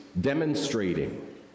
demonstrating